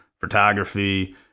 photography